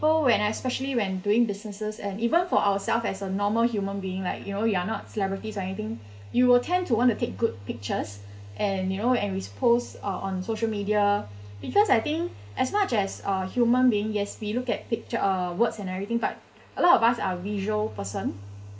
people when I especially when doing businesses and even for ourselves as a normal human being like you know you're not celebrities or anything you will tend to want to take good pictures and you know and you post uh on social media because I think as much as a human being yes we look at picture uh words and everything but a lot of us are visual person